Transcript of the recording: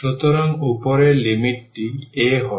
সুতরাং উপরের লিমিটটি a হবে